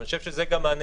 אני חושב שזה גם מענה